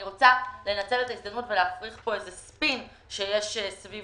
אני רוצה לנצל את ההזדמנות ולהפריך פה איזה ספין שיש סביב